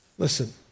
Listen